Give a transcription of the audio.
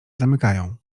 zamykają